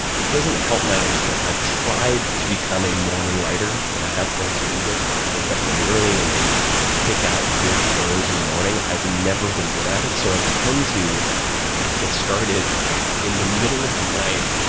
it it doesn't help matters that i've tried to become a morning writer, and i have friends who do this, where they'll wake up really early, and they kick out good prose in the morning. i've never been good at it, so i tend to get started in the middle of the night,